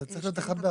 רוצה להזכיר שתוספת